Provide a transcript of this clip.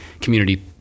community